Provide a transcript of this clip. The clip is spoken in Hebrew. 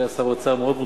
שהיה שר אוצר מאוד מוצלח,